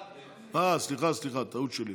עוד, סליחה, טעות שלי.